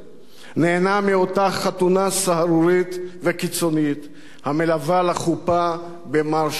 נהנה מאותה חתונה סהרורית וקיצונית המלווה לחופה במארש המלחמה.